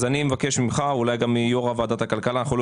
אז אני מבקש ממך ואולי גם מיו"ר ועדת הכלכלה ואנחנו לא